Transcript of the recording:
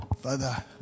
Father